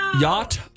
Yacht